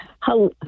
Hello